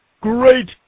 Great